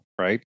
right